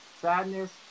Sadness